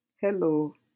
Hello